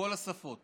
בכל השפות